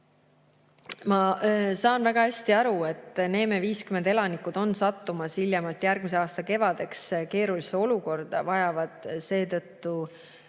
Ma saan väga hästi aru, et Neeme 50 elanikud on sattumas hiljemalt järgmise aasta kevadeks keerulisse olukorda ja vajavad seetõttu